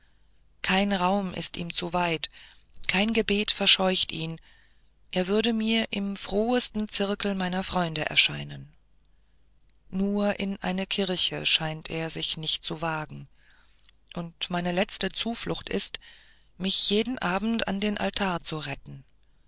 kein raum ist ihm zu weit kein gebet verscheucht ihn er würde mir im frohesten zirkel meiner freunde erscheinen nur in eine kirche scheint er sich nicht zu wagen und meine letzte zuflucht ist mich jede nacht an den altar zu retten